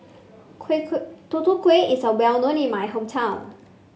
quick Tutu Kueh is a well known in my hometown